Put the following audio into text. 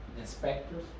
inspectors